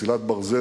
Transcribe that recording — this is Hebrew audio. מסילת ברזל,